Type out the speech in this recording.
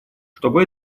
чтобы